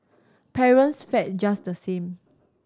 parents fared just the same